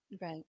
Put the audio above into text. Right